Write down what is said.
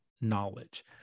knowledge